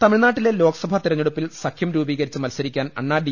തമിഴ്നാട്ടിലെ ലോക്സഭാ തെരഞ്ഞെടുപ്പിൽ സഖ്യം രൂപീക രിച്ച് മത്സരിക്കാൻ അണ്ണാ ഡി